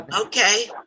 okay